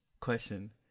question